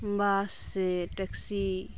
ᱵᱟᱥ ᱥᱮ ᱴᱮᱠᱥᱤ